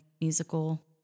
musical